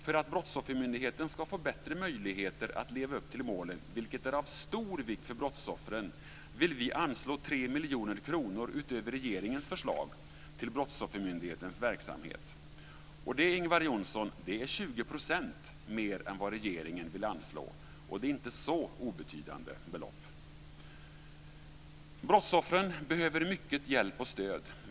För att Brottsoffermyndigheten ska få bättre möjligheter att leva upp till målen, vilket är av stor vikt för brottsoffren, vill vi anslå 3 miljoner kronor utöver regeringens förslag till Brottsoffermyndighetens verksamhet. Det är 20 % mer än vad regeringen vill anslå, Ingvar Johnsson. Det är inte så obetydande belopp. Brottsoffren behöver mycket hjälp och stöd.